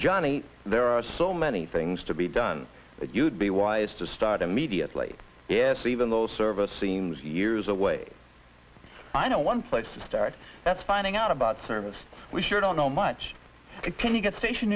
johnny there are so many things to be done that you'd be wise to start immediately yes even though service seems years away i know one place to start that's finding out about service we sure don't know much can you get station